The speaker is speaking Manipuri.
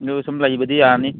ꯑꯗꯨ ꯁꯨꯝ ꯂꯩꯕꯗꯤ ꯌꯥꯅꯤ